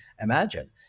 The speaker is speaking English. imagine